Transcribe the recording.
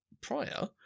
prior